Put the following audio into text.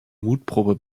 mutprobe